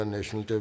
National